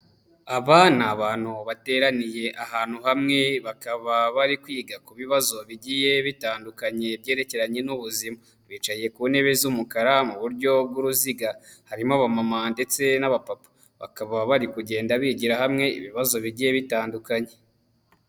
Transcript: Aba ni abantu bateraniye ahantu hamwe bakaba bari kwiga ku bibazo bigiye bitandukanye byerekeranye n'ubuzima, bicaye ku ntebe z'umukara mu buryo bw'uruziga, harimo abamama ndetse n'abapapa, bakaba bari kugenda bigira hamwe ibibazo bigiye bitandukanye.